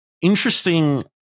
Interesting